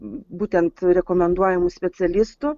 būtent rekomenduojamų specialistų